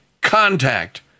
contact